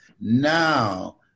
now